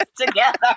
together